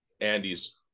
Andy's